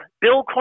Bill